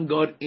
God